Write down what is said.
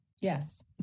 Yes